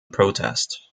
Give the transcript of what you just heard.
protest